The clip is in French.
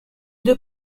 deux